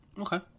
Okay